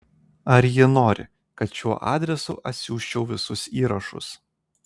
ar ji nori kad šiuo adresu atsiųsčiau visus įrašus